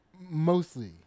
Mostly